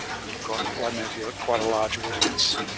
you've got like maybe ah quite a large audience